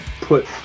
put